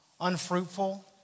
unfruitful